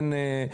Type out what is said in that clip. אין,